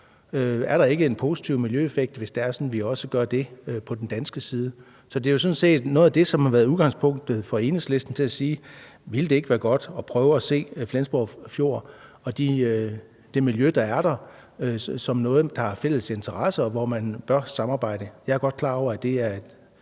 Er der ikke en positiv miljøeffektiv, hvis det er sådan, at vi også gør det på den danske side? Det er sådan set det, som har været udgangspunktet for Enhedslisten til at sige: Ville det ikke være godt at prøve at se Flensborg Fjord og det miljø, der er der, som noget, der har fælles interesse, og hvor man bør samarbejde? Jeg er godt klar over, at det er et